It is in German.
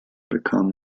bekam